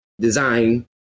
design